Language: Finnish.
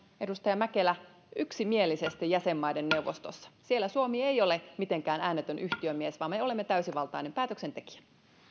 edustaja mäkelä yksimielisesti jäsenmaiden neuvostossa siellä suomi ei ole mitenkään äänetön yhtiömies vaan me olemme täysivaltainen päätöksentekijä